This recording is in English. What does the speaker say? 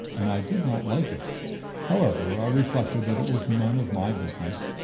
and i did not like it however, i reflected that it was none of my business.